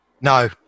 No